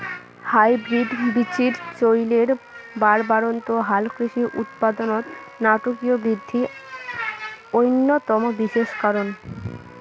hybrid বীচির চইলের বাড়বাড়ন্ত হালকৃষি উৎপাদনত নাটকীয় বিদ্ধি অইন্যতম বিশেষ কারণ